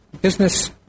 Business